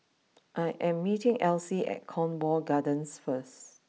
I am meeting Alcie at Cornwall Gardens first